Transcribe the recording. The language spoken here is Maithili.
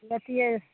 लेतियै